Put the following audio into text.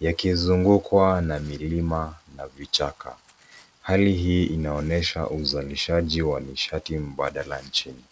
yakizungukwa na milima na vichaka. Hali hii inaonyesha uzalishaji wa nishati badala nchini.